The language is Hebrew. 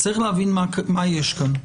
צריך להבין מה יש כאן.